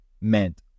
meant